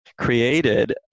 created